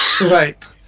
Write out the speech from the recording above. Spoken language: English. Right